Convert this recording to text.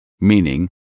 meaning